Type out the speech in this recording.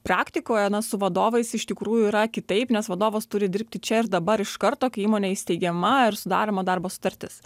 praktikoje na su vadovais iš tikrųjų yra kitaip nes vadovas turi dirbti čia ir dabar iš karto kai įmonė įsteigiama ir sudaroma darbo sutartis